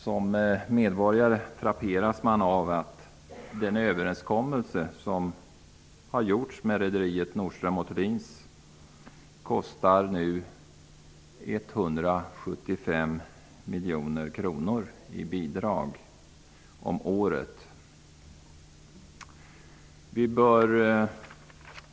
Som medborgare frapperas man av att den överenskommelse som träffats med rederiet Nordström & Thulin nu kräver 175 miljoner kronor per år i bidrag.